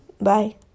Bye